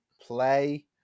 play